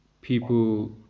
people